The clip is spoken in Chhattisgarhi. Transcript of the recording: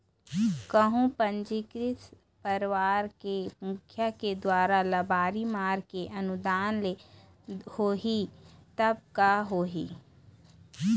कहूँ पंजीकृत परवार के मुखिया के दुवारा लबारी मार के अनुदान ले होही तब का होही?